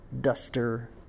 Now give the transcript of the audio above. duster